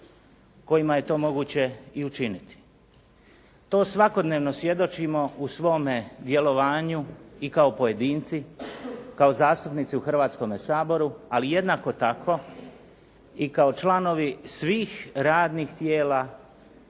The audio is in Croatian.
kojima je to moguće i učiniti. To svakodnevno svjedočimo u svome djelovanju i kao pojedinci, kao zastupnici u Hrvatskome saboru, ali jednako tako i kao članovi svih ranih tijela